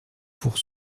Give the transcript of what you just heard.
pour